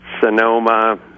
Sonoma